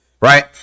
right